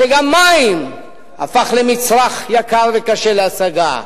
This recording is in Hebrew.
כשגם מים הפכו למצרך יקר וקשה להשגה?